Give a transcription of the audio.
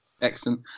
Excellent